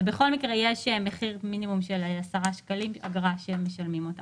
ובכל מקרה יש מחיר מינימום של 10 שקלים אגרה שהם משלמים אותה.